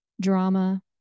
drama